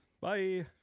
Bye